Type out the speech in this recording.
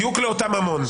בדיוק לאותם המון.